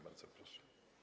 Bardzo proszę.